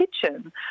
kitchen